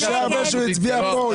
אני מבינה שהיה שינוי מהנוסח המקורי.